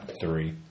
Three